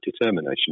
determination